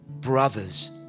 brothers